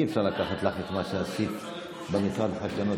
אי-אפשר לקחת לך את מה שעשית במשרד לחדשנות,